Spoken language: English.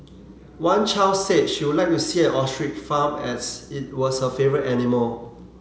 one child said she would like to see an ostrich farm as it was her favourite animal